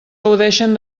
gaudeixen